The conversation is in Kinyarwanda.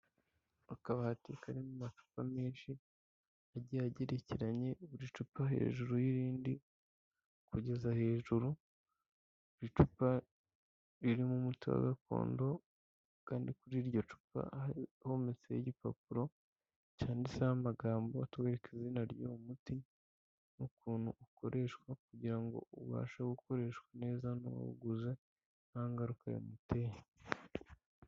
Akabati karimo amacupa menshi agiye agerekeranye buri cupa hejuru y'irindi kugeza hejuru, buri cupa ririmo umuti wa gakondo kandi kuri iryo cupa hometseho igipapuro cyanditseho amagambo atwereka izina ry'uwo muti n'ukuntu ukoreshwa kugira ngo ubashe gukoreshwa neza n'uwawuguze nta ngaruka bimuteye.